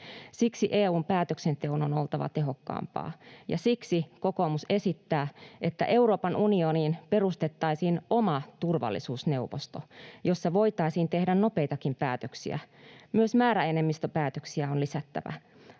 Siksi EU:n päätöksenteon on oltava tehokkaampaa. Ja siksi kokoomus esittää, että Euroopan unioniin perustettaisiin oma turvallisuusneuvosto, jossa voitaisiin tehdä nopeitakin päätöksiä. Myös määräenemmistöpäätöksiä on lisättävä.